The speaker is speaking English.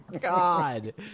God